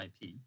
IP